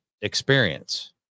experience